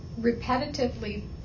repetitively